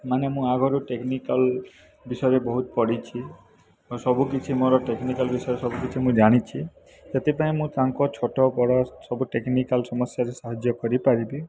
ମାନେ ମୁଁ ଆଗରୁ ଟେକ୍ନିକାଲ୍ ବିଷୟରେ ବହୁତ ପଢ଼ିଛି ଆଉ ସବୁ କିଛି ମୋ ଟେକ୍ନିକାଲ୍ ବିଷୟରେ ସବୁ କିଛି ମୁଁ ଜାଣିଛି ସେଥିପାଇଁ ମୁଁ ତାଙ୍କ ଛୋଟବେଳ ସବୁ ଟେକ୍ନିକାଲ୍ ସମସ୍ୟାରେ ସାହାଯ୍ୟ କରିପାରିବି